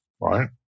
right